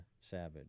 Savage